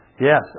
Yes